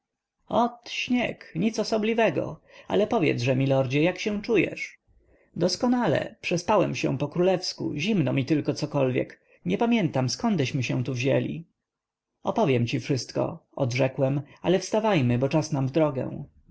śnieg nic osobliwego ale powiedzże milordzie jak się czujesz doskonale przespałem się po królewsku zimno mi tylko cokolwiek nie pamiętam zkądeśmy się tu wzięli opowiem ci wszystko odrzekłem ale wstawajmy bo czas nam w drogę